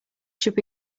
should